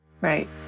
Right